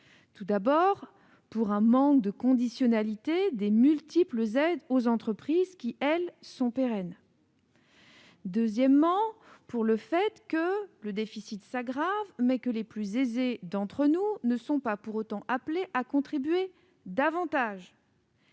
Tout d'abord, nous déplorons le manque de conditionnalité des multiples aides aux entreprises, lesquelles sont pérennes, elles. Ensuite, nous constatons que le déficit s'aggrave, mais que les plus aisés d'entre nous ne sont pas pour autant appelés à contribuer davantage.